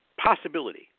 possibility